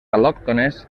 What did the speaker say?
al·lòctones